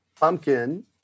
pumpkin